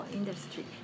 industry